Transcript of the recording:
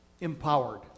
empowered